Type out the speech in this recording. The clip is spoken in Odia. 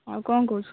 ଆଉ କ'ଣ କହୁଛୁ